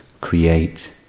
create